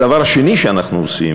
הדבר השני שאנחנו עושים